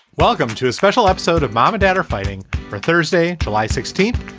welcome to a special episode of mom and dad are fighting for thursday, july sixteenth.